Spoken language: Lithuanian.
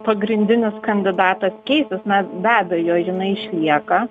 pagrindinis kandidatas keisis na be abejo jinai išlieka